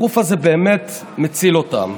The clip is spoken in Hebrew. הגוף הזה באמת מציל אותן.